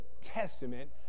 testament